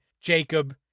jacob